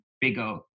bigger